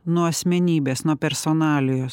nuo asmenybės nuo personalijos